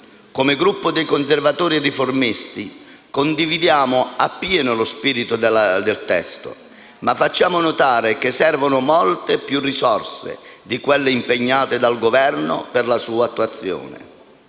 Come Gruppo dei Conservatori e Riformisti condividiamo pienamente lo spirito del testo, ma facciamo notare che servono molte più risorse di quelle impegnate dal Governo per la sua attuazione.